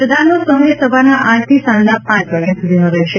મતદાનનો સમય સવારના આઠથી સાંજના પાંચ વાગ્યા સુધીનો રહેશે